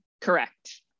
Correct